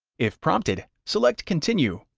if prompted, select continue,